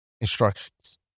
instructions